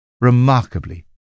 Remarkably